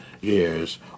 years